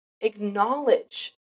acknowledge